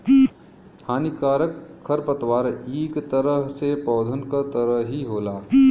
हानिकारक खरपतवार इक तरह से पौधन क तरह ही होला